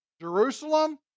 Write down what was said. Jerusalem